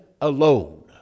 alone